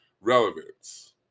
relevance